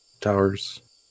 towers